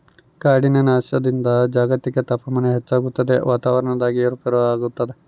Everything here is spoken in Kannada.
ಕಾಡಿನ ನಾಶದಿಂದ ಜಾಗತಿಕ ತಾಪಮಾನ ಹೆಚ್ಚಾಗ್ತದ ವಾತಾವರಣದಾಗ ಏರು ಪೇರಾಗ್ತದ